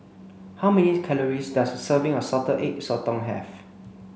how many calories does a serving of salted egg sotong have